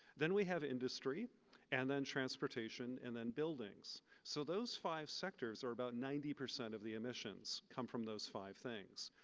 then we have industry and then transportation and then buildings. so those five sectors are about ninety percent of the emissions come from those five things.